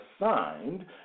assigned